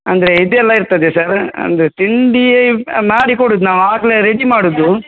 ಅಂದರೆ ಇದೆಲ್ಲ ಇರ್ತದೆ ಸರ್ ಅಂದರೆ ತಿಂಡಿಯೇ ಮಾಡಿ ಕೊಡುದು ನಾವು ಆಗಲೆ ರೆಡಿ ಮಾಡೋದು